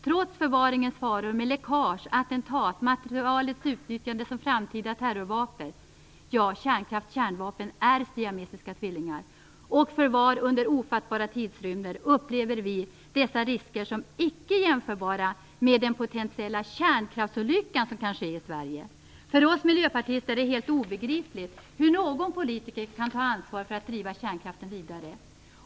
Trots förvaringens faror i form av läckage, attentat, materialets utnyttjande som framtida terrorvapen - kärnkraft och kärnvapen är siamesiska tvillingar - och förvar under ofattbara tidsrymder, upplever vi dessa risker som icke jämförbara med den potentiella kärnkraftsolycka som kan ske i Sverige. För oss miljöpartister är det helt obegripligt hur någon politiker kan ta ansvar för att driva kärnkraften vidare.